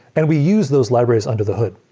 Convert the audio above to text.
and we use those libraries under the hood.